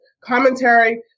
commentary